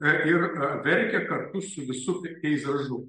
na ir verkė kartu su visu peizažu